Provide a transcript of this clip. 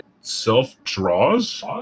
self-draws